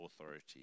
authority